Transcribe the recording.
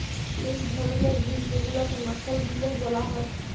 ইক ধরলের বিল যেগুলাকে মাখল বিলও ব্যলা হ্যয়